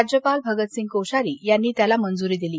राज्यपाल भगतसिंग कोश्यारी यांनी त्याला मंजूरी दिली